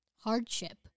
Hardship